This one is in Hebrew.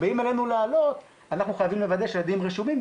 באים אלינו לעלות אנחנו חייבים לוודא שהילדים רשומים,